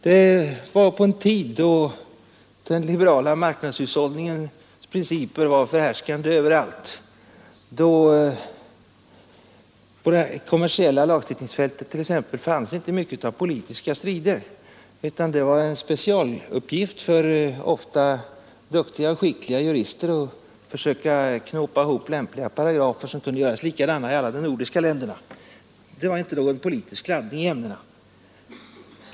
Det var i en tid då den liberala marknadshushållningens principer var förhärskande överallt. Då fanns exempelvis på det kommersiella lagstiftningsfältet inte mycket av politiska strider, utan det var en specialuppgift för ofta duktiga och skickliga jurister att försöka knåpa ihop lämpliga paragrafer som kunde göras likadana i alla de nordiska länderna. Det var inte någon politisk laddning i ämnena.